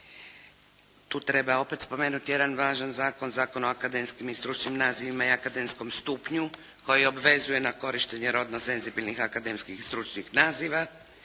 Tu treba opet spomenuti jedan važan zakon, Zakon o akademskim i stručnim nazivima i akademskom stupnju, koji obvezuje na korištenje rodno senzibilnih, akademskih i stručnih naziva.